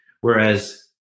Whereas